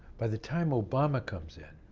by the time obama comes in